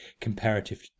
comparative